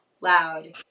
loud